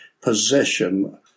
possession